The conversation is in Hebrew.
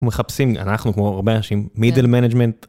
ומחפשים, אנחנו כמו הרבה אנשים, middle management.